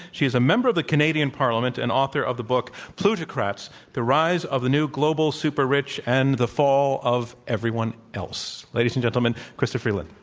she is a member of the canadian parliament and author of the book, plutocrats the rise of the new global super-rich and the fall of everyone else. ladies and gentlemen, chrystia freeland.